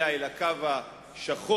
אלא אל הקו השחור,